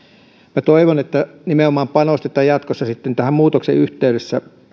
minä toivon että nimenomaan panostetaan sitten jatkossa tämän muutoksen yhteydessä